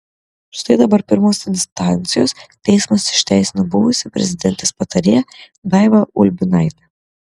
štai dabar pirmos instancijos teismas išteisino buvusią prezidentės patarėją daivą ulbinaitę